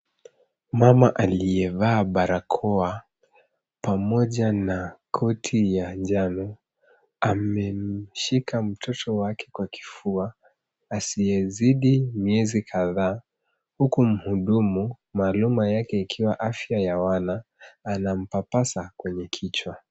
Mama aliyevaa barakoa pamoja na koti ya njano amemshika mtoto wake kwa kifua asiyezidi miezi kadhaa huku mhudumu maaluma yake ikiwa afya ya wana anampapasa kwenye kichwa.